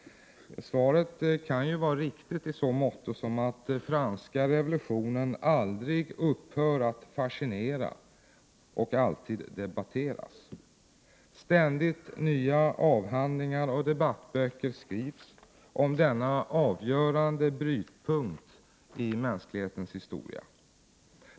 Svaret kan ju vara riktigt i så måtto att franska revolutionen aldrig upphör att fascinera och alltid debatteras. Ständigt nya avhandlingar och debattböcker skrivs om denna avgörande brytpunkt i mänsklighetens historia.